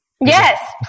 Yes